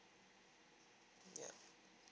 yup